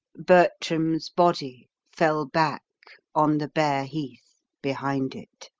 bertram's body fell back on the bare heath behind it.